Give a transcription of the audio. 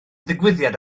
ddigwyddiad